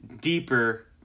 deeper